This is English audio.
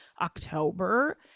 October